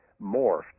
morphed